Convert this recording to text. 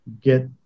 get